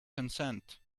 consent